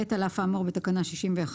על אף האמור בתקנה 61(ב),